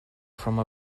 from